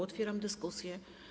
Otwieram dyskusję.